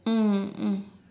mm mm